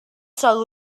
sòl